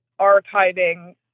archiving